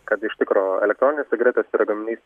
kad iš tikro elektroninės cigaretės yra gaminiai